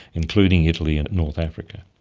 including italy and north africa,